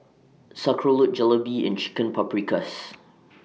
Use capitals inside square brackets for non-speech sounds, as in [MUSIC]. [UNINTELLIGIBLE] Jalebi and Chicken Paprikas